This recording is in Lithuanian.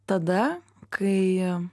tada kai